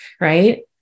right